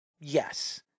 Yes